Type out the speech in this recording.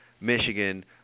Michigan